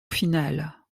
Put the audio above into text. finale